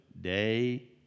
day